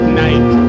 night